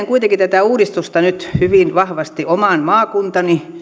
kuitenkin tätä uudistusta nyt hyvin vahvasti oman maakuntani